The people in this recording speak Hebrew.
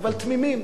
אבל תמימים.